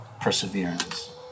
perseverance